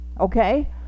okay